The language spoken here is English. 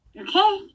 Okay